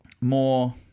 more